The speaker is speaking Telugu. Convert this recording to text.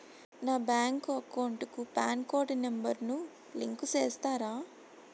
నా బ్యాంకు అకౌంట్ కు పాన్ కార్డు నెంబర్ ను లింకు సేస్తారా?